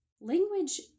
language